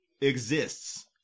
exists